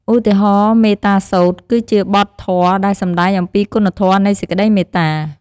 ឧទាហរណ៍ មេត្តាសូត្រ គឺជាបទធម៌ដែលសំដែងអំពីគុណធម៌នៃសេចក្តីមេត្តា។